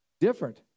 Different